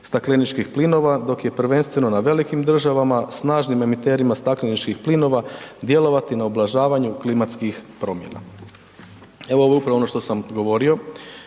stakleničkih plinova dok je prvenstveno na velikim državama, snažnim emiterima stakleničkih plinova djelovati na ublažavanju klimatskih promjena. Evo, ovo je upravo ono što sam govorio